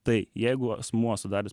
tai jeigu asmuo sudaręs